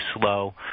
slow